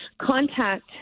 contact